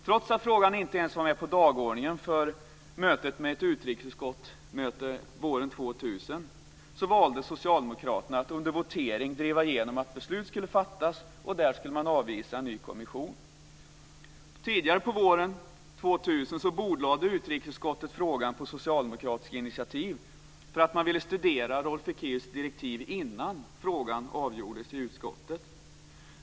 Trots att frågan inte ens var med på dagordningen för utrikesutskottets möte våren 2000 valde socialdemokraterna att under votering driva igenom att beslut skulle fattas. Där skulle man avvisa en ny kommission. Tidigare på våren 2000 bordlade utrikesutskottet frågan på socialdemokratiskt initiativ därför att man ville studera Rolf Ekéus direktiv innan frågan avgjordes i utskottet.